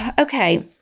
okay